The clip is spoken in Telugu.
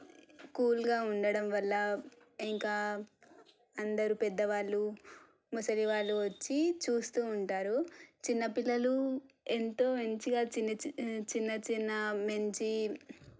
కూల్గా ఉండడం వల్ల ఇంకా అందరూ పెద్దవాళ్ళు ముసలి వాళ్ళు వచ్చి చూస్తూ ఉంటారు చిన్న పిల్లలు ఎంతో మంచిగా చిన్న చిన్న చిన్న చిన్న మంచి